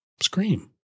Scream